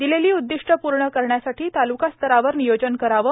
दिलेली उद्दिष्टयं प्रर्ण करण्यासाठी तालुकास्तरावर नियोजन करावं